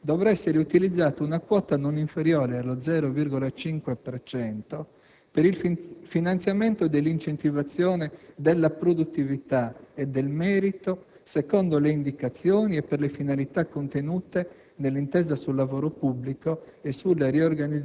nell'ambito degli atti di indirizzo settoriali dovrà essere utilizzata una quota non inferiore allo 0,5 per cento per il finanziamento dell'incentivazione della produttività e del merito secondo le indicazioni e per le finalità contenute